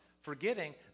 forgetting